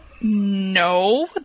No